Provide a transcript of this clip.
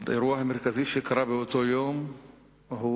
האירוע המרכזי שקרה באותו יום הוא